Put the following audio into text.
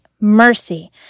mercy